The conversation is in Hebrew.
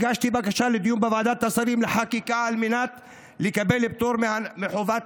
הגשתי בקשה לדיון בוועדת השרים לחקיקה על מנת לקבל פטור מחובת